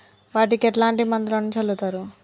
వాటికి ఎట్లాంటి మందులను చల్లుతరు?